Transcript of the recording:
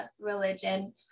religion